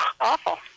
awful